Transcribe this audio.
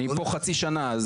אני פה חצי שנה.